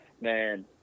man